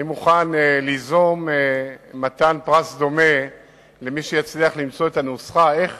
אני מוכן ליזום מתן פרס דומה למי שיצליח למצוא את הנוסחה איך